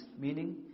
meaning